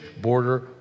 border